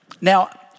Now